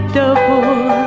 double